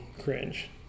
cringe